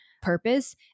purpose